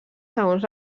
segons